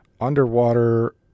underwater